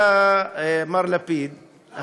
היה מר לפיד,